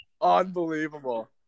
Unbelievable